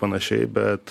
panašiai bet